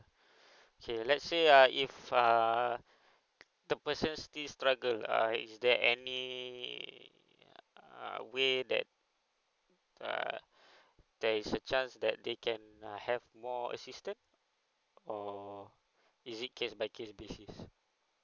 okay let's say uh if err the person still struggle err is there any uh way that err there is a chance that they can uh have more assistant or is it case by case basis